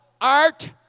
art